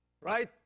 Right